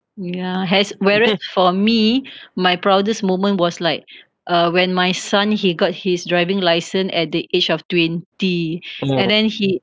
ya has whereas for me my proudest moment was like uh when my son he got his driving license at the age of twenty and then he